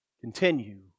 Continue